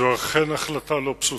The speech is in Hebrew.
זו אכן החלטה לא פשוטה,